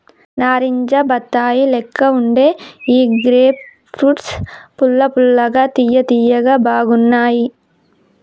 నారింజ బత్తాయి లెక్క వుండే ఈ గ్రేప్ ఫ్రూట్స్ పుల్ల పుల్లగా తియ్య తియ్యగా బాగున్నాయ్